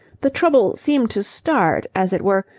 the trouble seemed to start, as it were,